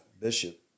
bishop